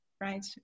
right